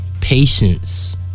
Patience